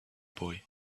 boy